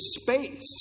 space